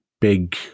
big